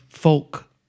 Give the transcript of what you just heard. Folk